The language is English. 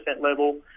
level